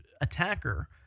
attacker